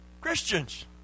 Christians